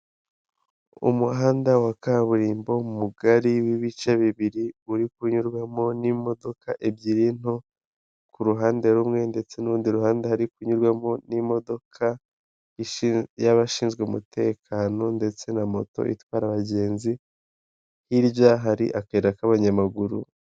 Umuhanda wa kaburimbo mugari w'ibice bibiri uri kunyurwamo n'imodoka ebyiri nto ku ruhande rumwe ndetse n'urundi ruhande hari kunyurwamo n'imodoka y'abashinzwe umutekano ndetse na moto itwara abagenzi hirya hari akayira k'abanyamaguru.